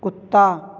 ਕੁੱਤਾ